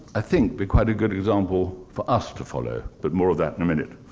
i think, be quite a good example for us to follow. but more of that in a minute.